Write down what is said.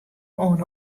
oan